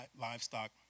livestock